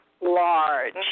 large